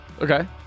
Okay